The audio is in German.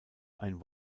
ein